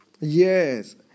Yes